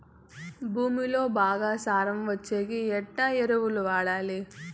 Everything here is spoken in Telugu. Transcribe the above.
భూమిలో బాగా సారం వచ్చేకి ఎట్లా ఎరువులు వాడాలి?